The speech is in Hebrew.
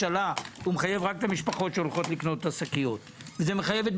מציע לך לפני שאתה מתקדם תמצא פתרונות לכל הדברים האלה.